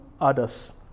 others